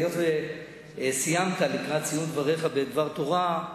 היות שסיימת בדבר תורה,